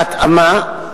בהתאמה,